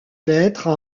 lettres